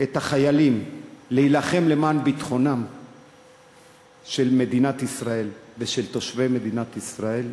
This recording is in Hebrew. את החיילים להילחם למען ביטחון מדינת ישראל ותושבי מדינת ישראל,